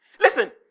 Listen